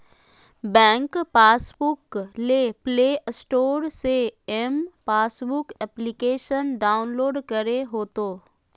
bank passbook ले Play Store से M passbook application download करे होतो